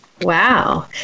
Wow